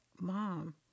Mom